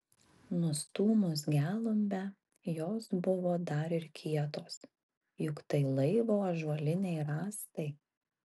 nustūmus gelumbę jos buvo dar ir kietos juk tai laivo ąžuoliniai rąstai